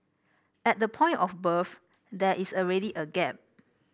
at the point of birth there is already a gap